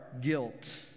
guilt